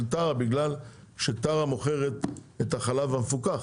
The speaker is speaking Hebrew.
טרה בגלל שטרה מוכרת את החלב המפוקח.